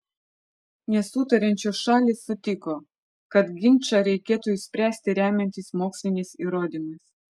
nesutariančios šalys sutiko kad ginčą reiktų išspręsti remiantis moksliniais įrodymais